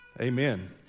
Amen